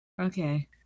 Okay